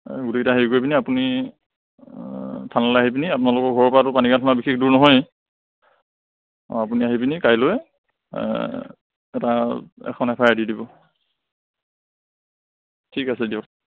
গোটেই কেইটা হেৰি কৰি পিনি আপুনি থানালৈ আহি পিনি আপোনালোকৰ ঘৰৰ পৰাতো পানীগাওঁ থানা বিশেষ দূৰ নহয়েই অঁ আপুনি আহি পিনি কাইলৈ এটা এখন এফ আই আৰ দি দিব ঠিক আছে দিয়ক